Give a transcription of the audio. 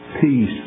Peace